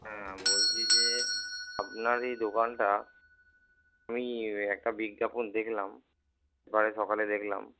হ্যাঁ বলছি যে আপনার এই দোকানটা আমি একটা বিজ্ঞাপন দেখলাম পেপারে সকালে দেখলাম